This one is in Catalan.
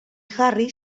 harry